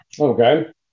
Okay